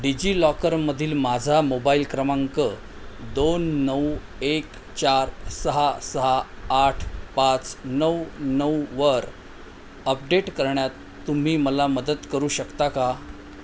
डिजिलॉकरमधील माझा मोबाईल क्रमांक दोन नऊ एक चार सहा सहा आठ पाच नऊ नऊवर अपडेट करण्यात तुम्ही मला मदत करू शकता का